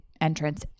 entrance